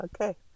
okay